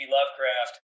Lovecraft